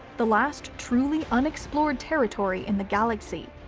the last truly unexplored territory in the galaxy,